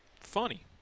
Funny